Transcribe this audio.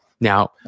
Now